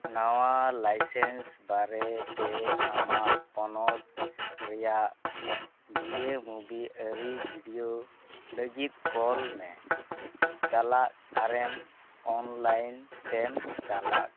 ᱱᱟᱣᱟ ᱞᱟᱭᱥᱮᱥ ᱵᱟᱨᱮᱛᱮ ᱟᱢᱟᱜ ᱯᱚᱱᱚᱛ ᱨᱮᱭᱟᱜ ᱵᱤᱭᱮᱢᱚᱵᱤ ᱟ ᱨᱤ ᱵᱷᱤᱰᱤᱭᱳ ᱞᱟᱹᱜᱤᱫ ᱠᱚᱞ ᱢᱮ ᱪᱟᱞᱟᱜ ᱟᱨᱮᱢ ᱚᱱᱞᱟᱭᱤᱱ ᱛᱮᱢ ᱪᱟᱞᱟᱜ